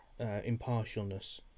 impartialness